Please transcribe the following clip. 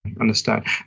Understand